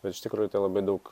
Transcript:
bet iš tikrųjų tai labai daug